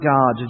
God